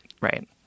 Right